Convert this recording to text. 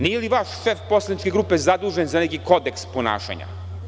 Nije li vaš šef poslaničke grupe zadužen za neki kodeks ponašanja.